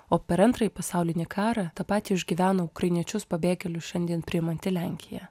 o per antrąjį pasaulinį karą tą patį išgyveno ukrainiečius pabėgėlius šiandien priimanti lenkija